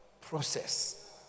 process